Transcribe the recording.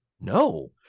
No